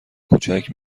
کوچک